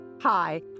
Hi